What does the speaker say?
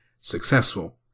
successful